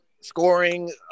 Scoring